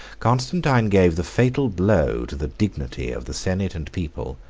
constantine gave the fatal blow to the dignity of the senate and people,